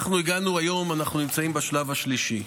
היום אנחנו נמצאים בשלב השלישי.